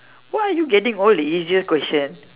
why are you getting all the easier question